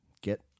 get